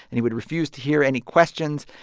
and he would refuse to hear any questions.